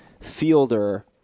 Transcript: Fielder